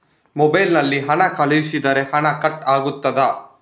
Mobile ನಲ್ಲಿ ಹಣ ಕಳುಹಿಸಿದರೆ ಹಣ ಕಟ್ ಆಗುತ್ತದಾ?